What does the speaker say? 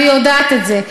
והיא יודעת את זה.